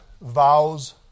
Vows